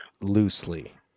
loosely